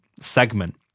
segment